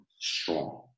strong